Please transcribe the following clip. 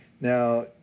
Now